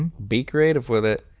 and be creative with it.